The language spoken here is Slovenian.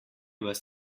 vas